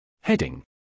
Heading